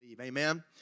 Amen